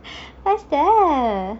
faster